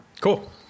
cool